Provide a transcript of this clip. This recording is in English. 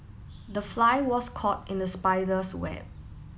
the fly was caught in the spider's web